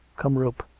come rope!